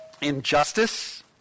Injustice